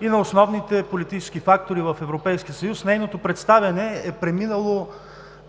и на основните политически партии в Европейския съюз нейното представяне е преминало